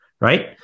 right